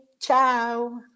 Ciao